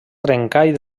trencall